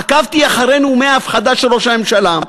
עקבתי אחרי נאומי ההפחדה של ראש הממשלה.